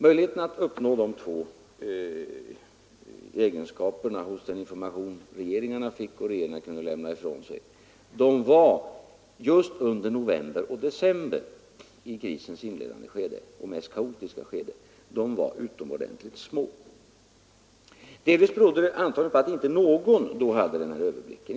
Möjligheterna att erhålla de två kvaliteterna i den information regeringarna fick och kunde lämna ifrån sig var just under november och december, i krisens inledande och mest kaotiska skede, utomordentligt små. Delvis berodde det antagligen på att inte någon då hade denna överblick.